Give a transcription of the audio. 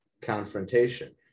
confrontation